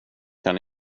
kan